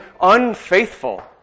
unfaithful